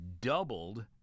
doubled